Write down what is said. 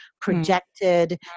projected